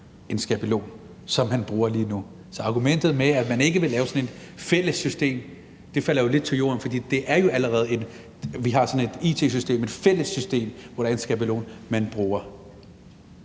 en skabelon, som man bruger lige nu. Så argumentet om, at man ikke vil lave sådan et fælles system, falder jo lidt til jorden, for vi har jo allerede sådan et system, nemlig et fælles system, hvor der er en skabelon, man bruger.